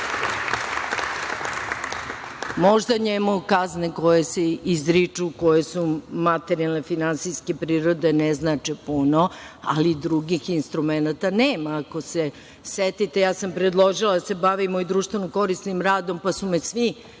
njemu kazne koje se izriču, koje su materijalne, finansijske prirode ne znače puno, ali drugih instrumenata nema. Ako se setite, ja sam predložila da se bavimo i društveno-korisnim radom, pa su me svi